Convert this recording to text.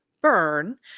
burn